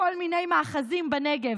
בכל מיני מאחזים בנגב.